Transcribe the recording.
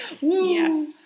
Yes